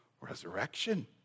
Resurrection